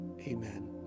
Amen